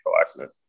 accident